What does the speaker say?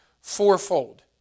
fourfold